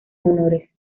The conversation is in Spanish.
honores